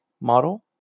model